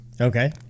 Okay